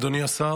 אדוני השר,